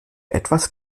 etwas